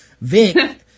Vic